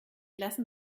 lassen